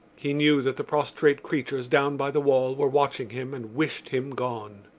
he knew that the prostrate creatures down by the wall were watching him and wished him gone.